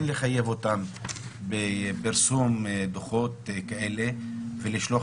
כן לחייב אותם בפרסום דוחות כאלה ולשלוח